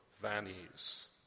values